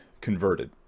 converted